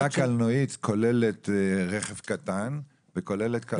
המילה "קלנועית" כוללת רכב קטן וכוללת קלנועית קטנה.